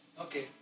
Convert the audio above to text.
Okay